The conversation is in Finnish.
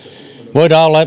voidaan